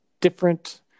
different